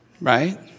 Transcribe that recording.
Right